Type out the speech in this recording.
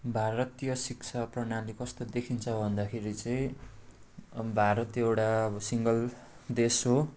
भारतीय शिक्षा प्रणाली कस्तो देखिन्छ भन्दाखेरि चाहिँ अब भारत एउटा सिङ्गल देश हो